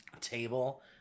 table